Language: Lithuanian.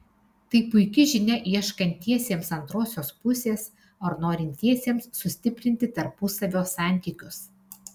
tai puiki žinia ieškantiesiems antrosios pusės ar norintiesiems sustiprinti tarpusavio santykius